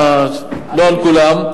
לא על הכול.